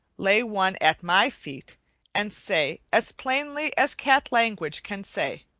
lay one at my feet and say as plainly as cat language can say,